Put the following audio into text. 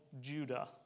Judah